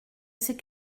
sais